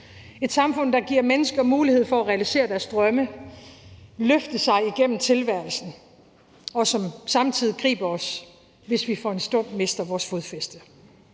et samfund, der giver mennesker mulighed for at realisere deres drømme og løfte sig igennem tilværelsen, og som samtidig griber os, hvis vi for en stund mister vores fodfæste.